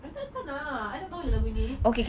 tak tak nak I tak tahu lagu ini